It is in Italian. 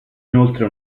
inoltre